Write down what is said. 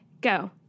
go